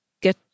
get